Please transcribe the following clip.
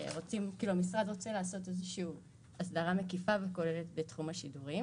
המשרד רוצה לעשות איזושהי הסדרה מקיפה וכוללת בתחום השידורים